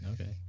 okay